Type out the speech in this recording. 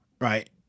right